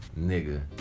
Nigga